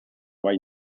bai